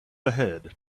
ahead